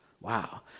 Wow